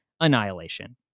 Annihilation